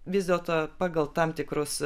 vis dėlto pagal tam tikrus